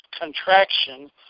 contraction